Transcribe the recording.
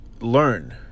learn